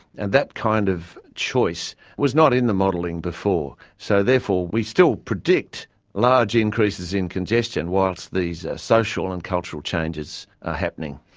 and that kind of choice was not in the modelling before. so therefore we still predict large increases in congestion whilst these social and cultural changes are happening.